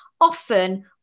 often